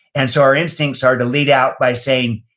and so, our instincts are to lead out by saying,